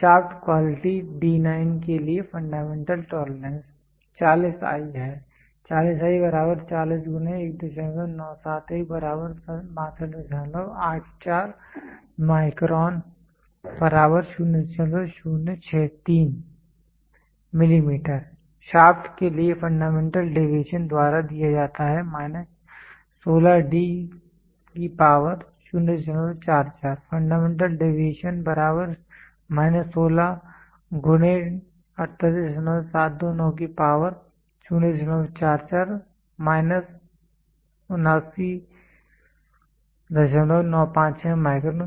shaft quality d9 के लिए fundamental tolerance 40i है 40i 40×1971 6284 micron 0063 mm शाफ्ट के लिए फंडामेंटल डेविएशन द्वारा दिया जाता है फंडामेंटल डेविएशन 79956 micron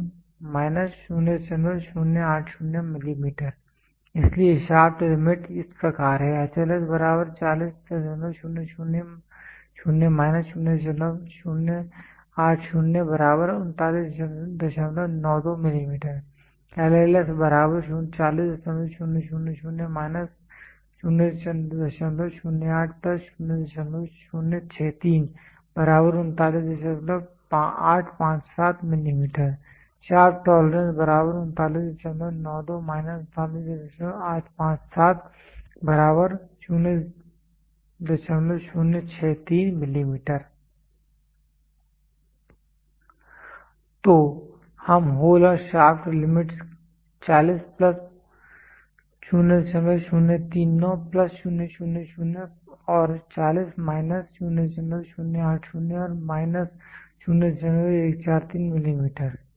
0080 mm इसलिए शाफ्ट लिमिट इस प्रकार है HLS 40000 - 0080 3992 mm LLS 40000 - 008 0063 39857 mm shaft tolerance 3992 - 39857 0063 mm तो होल और शाफ्ट लिमिटस् 40 प्लस 0039 प्लस 000 और 40 माइनस 0080 और माइनस 0143 मिलीमीटर ठीक है